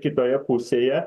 kitoje pusėje